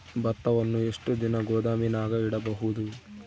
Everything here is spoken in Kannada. ಭತ್ತವನ್ನು ಎಷ್ಟು ದಿನ ಗೋದಾಮಿನಾಗ ಇಡಬಹುದು?